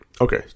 Okay